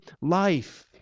life